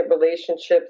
relationships